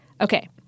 Okay